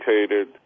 educated